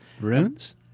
Runes